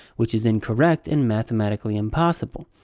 which is incorrect and mathematically impossible.